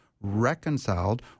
reconciled